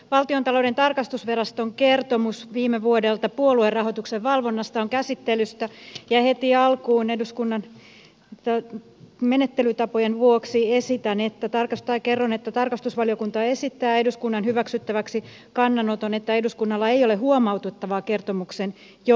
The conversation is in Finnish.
valtiontalouden tarkastusviraston kertomus viime vuodelta puoluerahoituksen valvonnasta on käsittelyssä ja heti alkuun eduskunnan menettelytapojen vuoksi kerron että tarkastusvaliokunta esittää eduskunnan hyväksyttäväksi kannanoton että eduskunnalla ei ole huomautettavaa kertomuksen johdosta